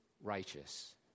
righteous